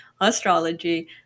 astrology